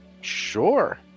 Sure